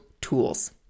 tools